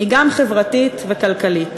היא גם חברתית וכלכלית.